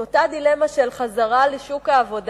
את אותה דילמה של חזרה לשוק העבודה,